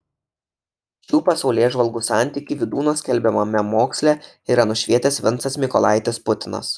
šių pasaulėžvalgų santykį vydūno skelbiamame moksle yra nušvietęs vincas mykolaitis putinas